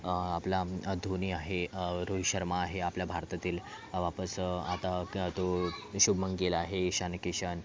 आपला धोनी आहे रोहित शर्मा आहे आपल्या भारतातील वापस आता तो शुभमन गिल आहे इशान किशन